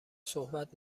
صحبت